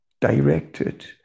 directed